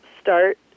start